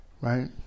right